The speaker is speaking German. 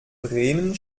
bremen